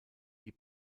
die